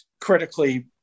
critically